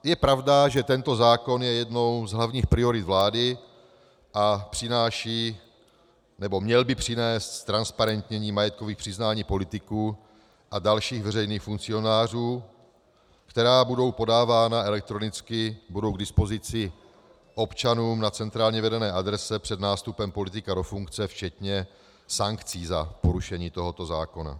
Je pravda, že tento zákon je jednou z hlavních priorit vlády a přináší nebo měl by přinést ztransparentnění majetkových přiznání politiků a dalších veřejných funkcionářů, která budou podávána elektronicky, budou k dispozici občanům na centrálně vedené adrese před nástupem politika do funkce včetně sankcí za porušení tohoto zákona.